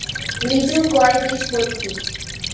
লিচু কয় বীজপত্রী?